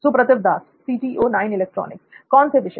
सुप्रतिव दास कौन से विषय